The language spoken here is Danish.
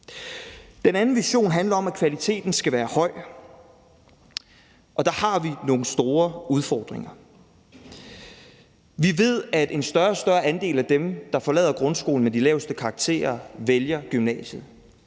Den anden vision handler om, at kvaliteten skal være høj. Der har vi nogle store udfordringer. Vi ved, at en større og større andel af dem, der forlader grundskolen med de laveste karakterer, vælger gymnasiet.